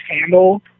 handle